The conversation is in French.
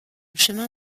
chemin